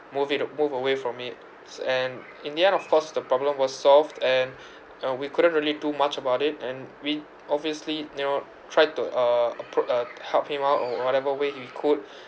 move it uh move away from it s~ and in the end of course the problem was solved and uh we couldn't really do much about it and we obviously you know try to uh appro~ uh help him out or whatever way we could